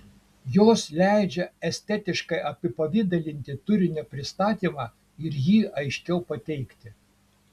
jos leidžia estetiškai apipavidalinti turinio pristatymą ir jį aiškiau pateikti